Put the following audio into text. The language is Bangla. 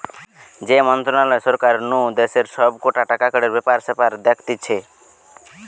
যে মন্ত্রণালয় সরকার নু দেশের সব কটা টাকাকড়ির ব্যাপার স্যাপার দেখতিছে